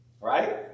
right